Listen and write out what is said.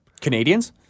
Canadians